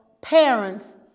parents